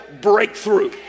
breakthrough